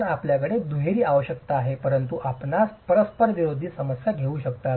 तर आपल्याकडे दुहेरी आवश्यकता आहेत परंतु आपणास परस्परविरोधी समस्या येऊ शकतात